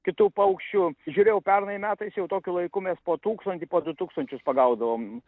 kitų paukščių žiūrėjau pernai metais jau tokiu laiku mes po tūkstantį po du tūkstančius pagaudavom